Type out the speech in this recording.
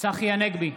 צחי הנגבי,